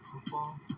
football